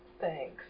thanks